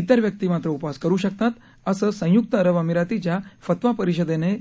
इतर व्यक्ती मात्र उपवास करू शकतात असं संयुक्त अरब अमिरातीच्या फतवा परिषदेने